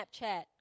Snapchat